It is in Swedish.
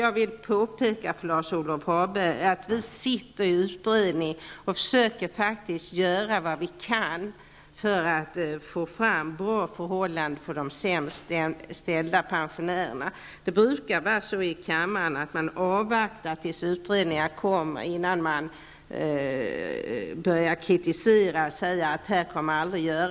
Jag vill påpeka, Lars-Ove Hagberg, att vi i utredningen försöker göra allt som går för att det skall bli bra förhållanden för de sämst ställda pensionärerna. I riksdagen brukar vi faktiskt avvakta pågående utredningar innan vi börjar framföra kritik och tala om att det väl aldrig blir några åtgärder.